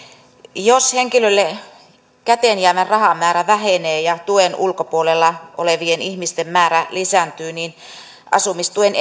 jos henkilölle käteen jäävä rahamäärä vähenee ja tuen ulkopuolella olevien ihmisten määrä lisääntyy niin asumistuen